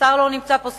שר הפנים לא נמצא פה,